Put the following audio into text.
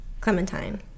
clementine